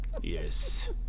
Yes